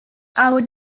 out